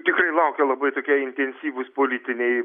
tikrai laukia labai tokie intensyvūs politiniai